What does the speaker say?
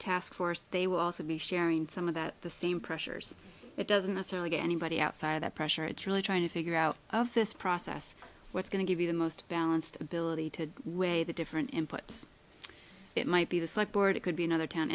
task force they will also be sharing some of that the same pressures it doesn't necessarily get anybody outside of that pressure it's really trying to figure out of this process what's going to give you the most balanced ability to weigh the different inputs it might be the psych board it could be another town